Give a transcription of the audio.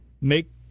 Make